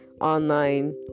online